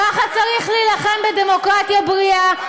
ככה צריך להילחם בדמוקרטיה בריאה,